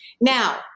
Now